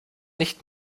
nicht